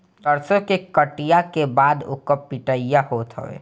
सरसो के कटिया के बाद ओकर पिटिया होत हवे